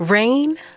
rain